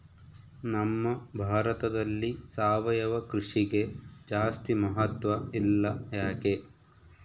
ನಮ್ಮ ಭಾರತದಲ್ಲಿ ಸಾವಯವ ಕೃಷಿಗೆ ಜಾಸ್ತಿ ಮಹತ್ವ ಇಲ್ಲ ಯಾಕೆ?